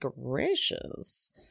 gracious